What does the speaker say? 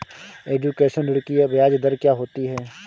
Education ऋृण की ब्याज दर क्या होती हैं?